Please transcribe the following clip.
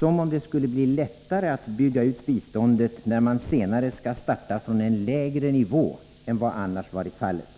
Som om det skulle bli lättare att bygga ut biståndet, när man senare skall starta från en lägre nivå än vad som annars varit fallet!